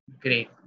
Great